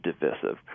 divisive